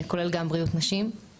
כולל גם בריאות נשים.